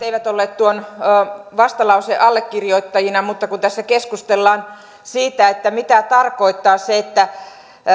eivät olleet tuon vastalauseen allekirjoittajina mutta kun tässä keskustellaan siitä mitä tarkoittaa se että